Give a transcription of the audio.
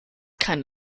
keine